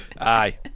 Aye